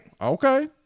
okay